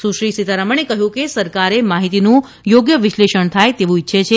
સુશ્રી સીતારમણે કહ્યું કે સરકારે માહિતીનું યોગ્ય વિશ્લેષણ થાય તેવું ઇચ્છે છે